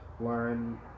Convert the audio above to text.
Learn